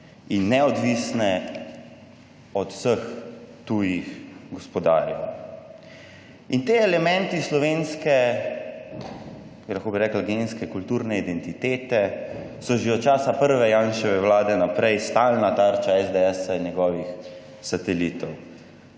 in neodvisne od vseh tujih gospodarjev. In ti elementi slovenske, lahko bi rekli genske kulturne identitete, so že od časa prve Janševe vlade naprej stalna tarča SDS in njegovih satelitov.